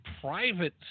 private